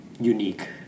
unique